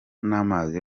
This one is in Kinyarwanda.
n’amazi